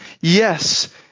Yes